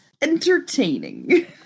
entertaining